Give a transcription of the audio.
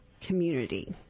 community